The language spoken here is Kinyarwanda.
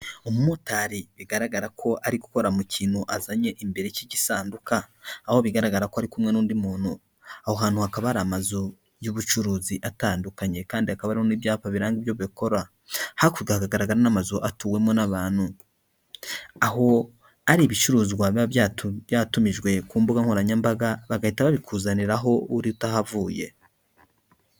Umumotari bigaragara ko ari gukora mu kintu azanye imbere cy'igisanduka, aho bigaragara ko ari kumwe n'undi muntu. Aho hantu hakaba ari amazu y'ubucuruzi atandukanye kandi hakaba hariho ibyapa biranga ibyo bakora. Hakurya hagaragara n'amazu atuwemo n'abantu, aho ari ibicuruzwa biba byatumijwe ku mbuga nkoranyambaga, bagahita babikuzanira aho uri utahavuye.